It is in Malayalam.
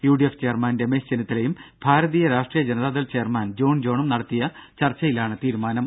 U D F chairman Ramesh ചെന്നിത്തലയും ഭാരതീയ രാഷ്ട്രീയ ജനതാദൾ ചെയർമാൻ ജോൺ ജോണും നടത്തിയ ചർച്ചയിലാണ് തീരുമാനം